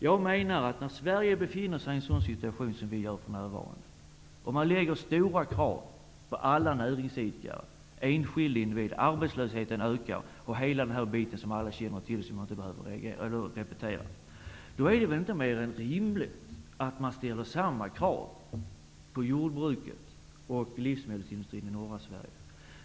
Jag menar att när Sverige befinner sig i en sådan situation som den vi har för närvarande och man ställer stora krav på alla andra näringsidkare och på enskilda individer, när arbetslösheten ökar, allt detta som alla känner till och jag inte behöver repetera, är det väl inte mer än rimligt att ställa samma krav på jordbruket och livsmedelsindustrin i norra Sverige.